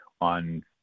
on